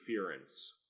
interference